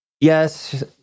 yes